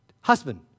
husband